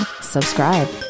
subscribe